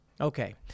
Okay